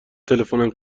تلفنم